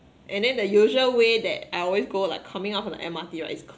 and then the usual way that I always go like coming out from the M_R_T right is